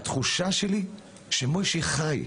התחושה שלי שמויישי חי,